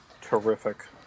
Terrific